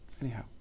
anyhow